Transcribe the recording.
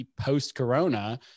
post-corona